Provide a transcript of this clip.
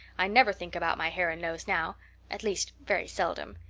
i never think about my hair and nose now at least, very seldom.